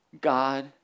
God